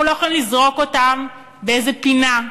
אנחנו לא יכולים לזרוק אותם באיזו פינה,